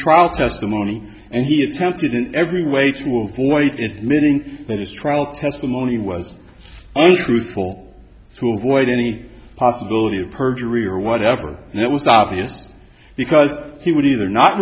trial testimony and he attempted in every way to avoid it meaning that his trial testimony was untruthful to avoid any possibility of perjury or whatever it was obvious because he would either not